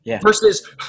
versus